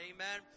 Amen